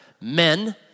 men